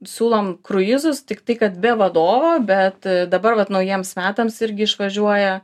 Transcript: siūlom kruizus tiktai kad be vadovo bet dabar vat naujiems metams irgi išvažiuoja